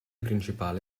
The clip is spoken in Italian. principale